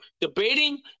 debating